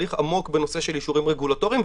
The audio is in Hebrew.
תהליך עמוק בנושא של אישורים רגולטוריים,